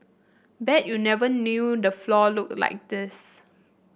bet you never knew the floor looked like this